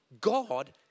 God